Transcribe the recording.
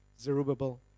Zerubbabel